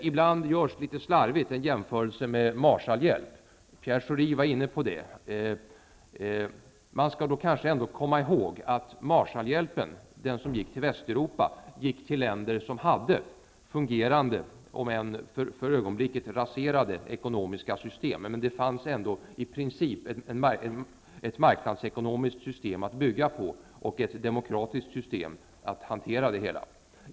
Ibland gör man litet slarvigt en jämförelse med Marshallhjälpen. Pierre Schori var inne på den frågan. Kanske skall man då ha i minnet att Marshallhjälpen till Västeuropa gick till länder som hade fungerande, om än för tillfället raserade, ekonomiska system. Det fanns ändå i princip ett marknadsekonomiskt system att bygga på och ett demokratiskt system för att hantera det hela.